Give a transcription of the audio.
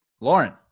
Lauren